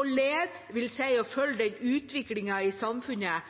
LEDE vil si å følge den utviklingen i samfunnet